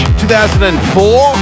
2004